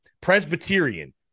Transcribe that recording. Presbyterian